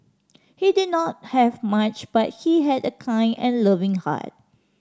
he did not have much but he had a kind and loving heart